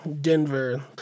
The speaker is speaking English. Denver